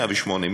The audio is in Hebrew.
108,